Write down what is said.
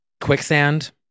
Quicksand